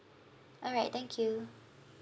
alright thank you